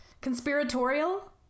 conspiratorial